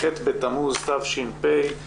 ח' בתמוז התש"ף.